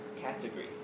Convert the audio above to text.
category